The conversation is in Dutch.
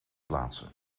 plaatsen